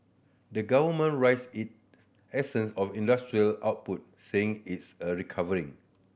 the government raised it of industrial output saying its a recovery